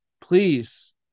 please